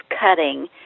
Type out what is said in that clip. cutting